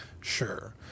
sure